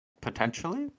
Potentially